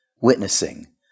witnessing